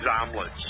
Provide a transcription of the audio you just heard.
omelets